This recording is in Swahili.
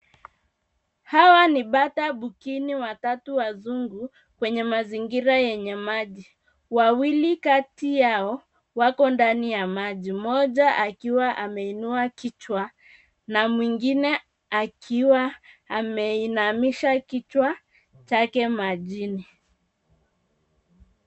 Hawa ni bata bukini watatu wazungu, kwenye mazingira yenye maji, wawili kati yao, wako ndani ya maji, mmoja akiwa ameinua kichwa, na mwingine akiwa ameinamisha kichwa chake majini.